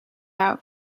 out